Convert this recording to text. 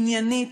עניינית.